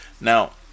Now